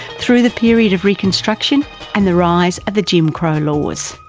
through the period of reconstruction and the rise of the jim crow laws,